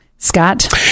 Scott